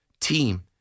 team